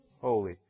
holy